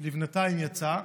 שבינתיים יצא,